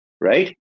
right